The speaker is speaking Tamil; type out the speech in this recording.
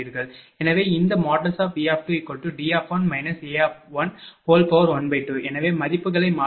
எனவே இந்த V2D1 A12 எனவே மதிப்புகளை மாற்றும்போது |V2|0